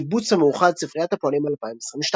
הקיבוץ המאוחד ספרית הפועלים, 2022